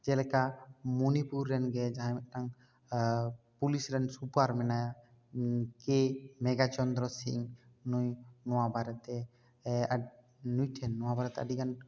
ᱡᱮᱞᱮᱠᱟ ᱢᱚᱱᱤᱯᱩᱨ ᱨᱮᱱ ᱜᱮ ᱡᱟᱦᱟᱸᱭ ᱢᱤᱫᱴᱟᱝ ᱯᱩᱞᱤᱥ ᱨᱮᱱ ᱥᱩᱯᱟᱨ ᱢᱮᱱᱟᱭᱟ ᱠᱮ ᱢᱮᱜᱷᱟ ᱪᱚᱱᱫᱨᱚ ᱥᱤᱝ ᱱᱩᱭ ᱱᱚᱣᱟ ᱵᱟᱨᱮ ᱛᱮ ᱱᱩᱭ ᱴᱷᱮᱱ ᱱᱚᱣᱟ ᱵᱟᱨᱮ ᱛᱮ ᱟᱹᱰᱤ ᱜᱟᱱ